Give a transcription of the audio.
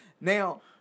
Now